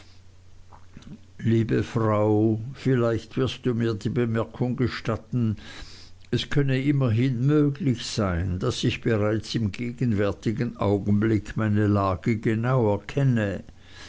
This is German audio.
liebe frau vielleicht wirst du mir die bemerkung gestatten es könne immerhin möglich sein daß ich bereits im gegenwärtigen augenblick meine lage genau erkenne